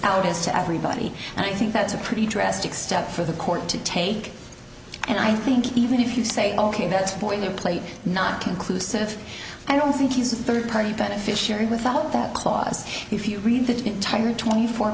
out is to everybody and i think that's a pretty drastic step for the court to take and i think even if you say ok that's a point of plate not conclusive i don't think he's a third party beneficiary without that clause if you read the entire twenty four